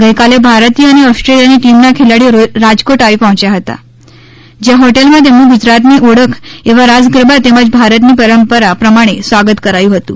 ગઈકાલે ભારતીય અને ઓસ્ટ્રેલિયાની ટીમના ખેલાડીઓ રાજકોટ આવી પહોંચ્યા હતા જ્યાં હોટેલમાં તેમનુ ગુજરાતની ઓળખ એવા રાસ ગરબા તેમજ ભારતની પરંપરા પ્રમાણે સ્વાગત કરાયું હતું